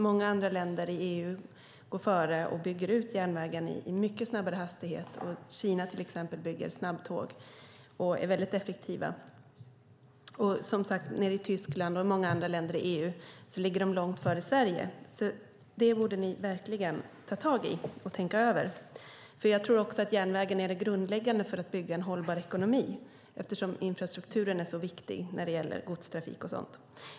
Många andra länder i EU går före och bygger ut järnvägen i mycket snabbare takt, och Kina bygger till exempel snabbtåg och är väldigt effektiva. Tyskland och många andra länder i EU ligger långt före Sverige. Det borde ni verkligen ta tag i och tänka över. Jag tror att järnvägen är grundläggande för att bygga en hållbar ekonomi eftersom infrastrukturen är så viktig för godstrafiken och sådant.